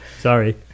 Sorry